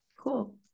Cool